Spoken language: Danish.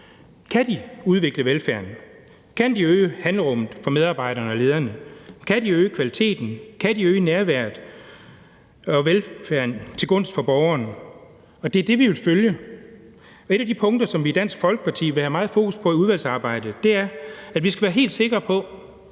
Kan de udvikle velfærden? Kan de øge handlerummet for medarbejdere og lederne? Kan de øge kvaliteten, og kan de øge nærværet til gavn for borgerne? Og det er det, vi vil følge. Et af de punkter, som vi i Dansk Folkeparti vil have meget fokus på i udvalgsarbejdet, er, at vi skal være helt sikre på,